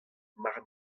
mar